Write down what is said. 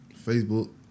Facebook